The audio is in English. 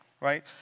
right